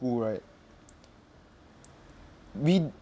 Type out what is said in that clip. right we'd